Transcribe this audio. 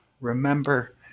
Remember